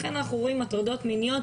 לכן אנחנו רואים הטרדות מיניות,